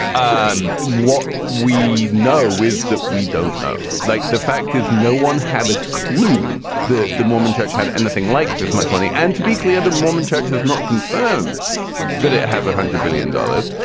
um what we know is that we don't know like the fact is no one had a clue that the mormon church had anything like this, much money. and to be clear, the mormon church has not confirmed that it has a hundred billion dollars.